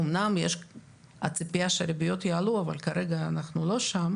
אומנם יש צפייה שהריביות יעלו אבל כרגע אנחנו לא שם,